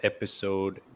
Episode